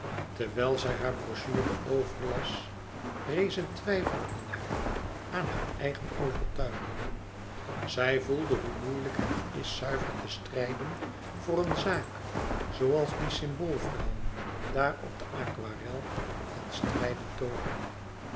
terwijl zij hare brochure overlas rees een twijfel in haar aan haar eigen overtuiging zij voelde hoe moeilijk het is zuiver te strijden voor een zaak zooals die symboolvrouwen daar op de aquarel ten strijde togen